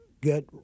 get